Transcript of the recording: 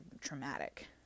traumatic